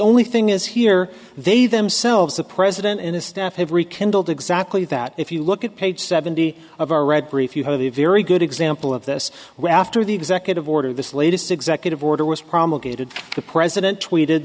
only thing is here they themselves the president and his staff have rekindled exactly that if you look at page seventy of our read brief you have a very good exe ample of this were after the executive order this latest executive order was promulgated the president tweeted